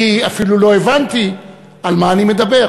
אני אפילו לא הבנתי על מה אני מדבר.